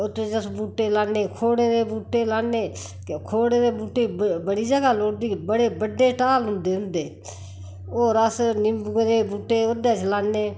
ओत्त च अस बूह्टे लान्ने खोड़ें दे बूह्टे लान्ने खेड़ें दे बूह्टे बड़ी जगा लोड़दी बड़े बड्डे ढाल होंदे उंदे होर अस निम्बुए दे बूह्टे ओह्दै श लान्ने